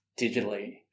digitally